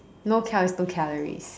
no counts no calories